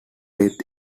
death